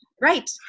right